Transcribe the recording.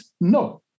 No